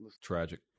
tragic